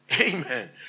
Amen